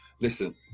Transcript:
Listen